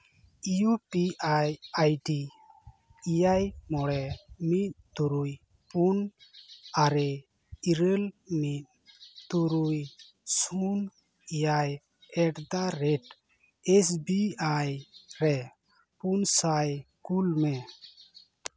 U P I ID ᱮᱭᱟᱭ ᱢᱚᱬᱮ ᱢᱤᱫ ᱛᱩᱨᱩᱭ ᱯᱩᱱ ᱟᱨᱮ ᱤᱨᱟᱹᱞ ᱢᱤᱫ ᱛᱩᱨᱩᱭ ᱥᱩᱱ ᱮᱭᱟᱭ ᱮᱹᱴᱫᱟᱨᱮᱹᱴ ᱮᱥᱵᱤᱟᱭ ᱨᱮ ᱯᱩᱱ ᱥᱟᱭ ᱠᱩᱞ ᱢᱮ